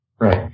Right